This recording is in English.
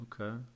Okay